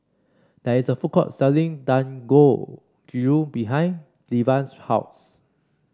there is a food court selling Dangojiru behind Devan's house